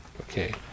Okay